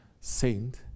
saint